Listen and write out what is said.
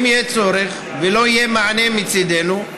אם יהיה צורך ולא יהיה מענה מצידנו,